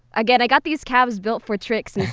i got i got these calves built for tricks and